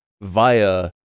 via